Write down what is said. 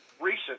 recent